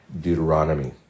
Deuteronomy